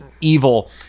evil